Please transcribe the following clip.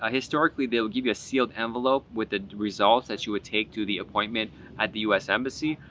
ah historically they will give you a sealed envelope with the results that you would take to the appointment at the us embassy.